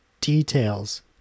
details